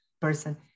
person